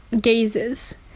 gazes